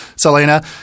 Selena